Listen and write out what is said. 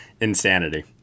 insanity